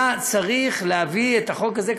היה צריך להביא את החוק הזה,